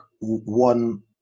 one